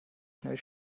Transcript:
schnell